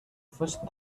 first